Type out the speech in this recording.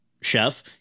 chef